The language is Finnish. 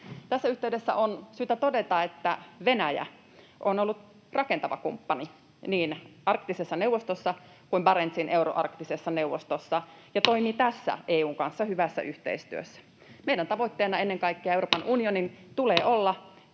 Tässä yhteydessä on syytä todeta, että Venäjä on ollut rakentava kumppani niin Arktisessa neuvostossa kuin Barentsin euroarktisessa neuvostossa ja toimii tässä EU:n kanssa hyvässä yhteistyössä. Meidän — ja Euroopan unionin —